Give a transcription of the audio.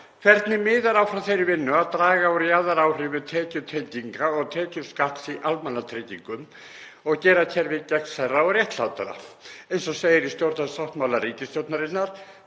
„Hvernig miðar áfram þeirri vinnu að „draga úr jaðaráhrifum tekjutenginga og tekjuskatts í almannatryggingum og gera kerfið gagnsærra og réttlátara“ eins og segir í stjórnarsáttmála ríkisstjórnarinnar